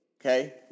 okay